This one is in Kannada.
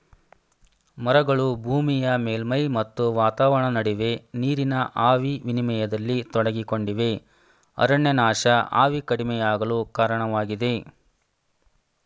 ಮರಗಳು ಭೂಮಿಯ ಮೇಲ್ಮೈ ಮತ್ತು ವಾತಾವರಣ ನಡುವೆ ನೀರಿನ ಆವಿ ವಿನಿಮಯದಲ್ಲಿ ತೊಡಗಿಕೊಂಡಿವೆ ಅರಣ್ಯನಾಶ ಆವಿ ಕಡಿಮೆಯಾಗಲು ಕಾರಣವಾಗಿದೆ